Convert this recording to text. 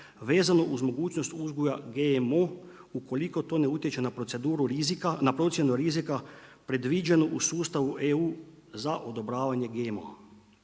vezano uz mogućnost uzgoja GMO ukoliko to ne utječe na proceduru rizika na procjenu rizika predviđenu u sustavu EU za odobravanje GMO-a.